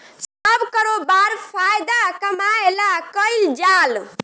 सब करोबार फायदा कमाए ला कईल जाल